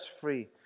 free